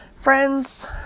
friends